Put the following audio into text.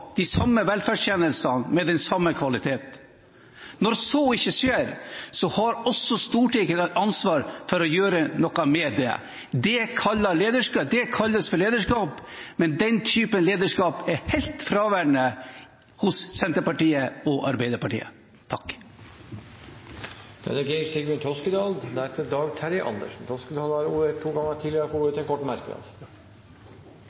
de samme velferdstjenestene, av den samme kvalitet. Når så ikke skjer, har Stortinget et ansvar for å gjøre noe med det. Det kalles lederskap – men den type lederskap er helt fraværende hos Senterpartiet og Arbeiderpartiet. Representanten Geir Sigbjørn Toskedal har hatt ordet to ganger tidligere og får ordet